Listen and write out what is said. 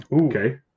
Okay